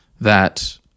that-